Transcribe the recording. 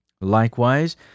Likewise